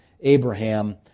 Abraham